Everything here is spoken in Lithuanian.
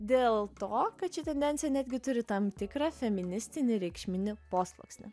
dėl to kad ši tendencija netgi turi tam tikrą feministinį reikšminį posluoksnį